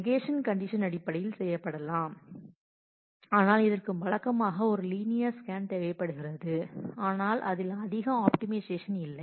negation condition அடிப்படையில் செய்யப்படலாம் ஆனால் இதற்கு வழக்கமாக ஒரு லீனியர் ஸ்கேன் தேவைப்படுகிறது ஆனால் அதில் அதிக ஆப்டிமைசேஷன் இல்லை